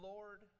Lord